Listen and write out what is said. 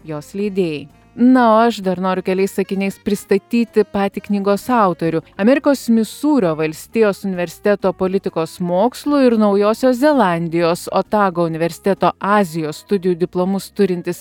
jos leidėjai na o aš dar noriu keliais sakiniais pristatyti patį knygos autorių amerikos misūrio valstijos universiteto politikos mokslų ir naujosios zelandijos otago universiteto azijos studijų diplomus turintis